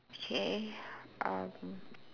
okay um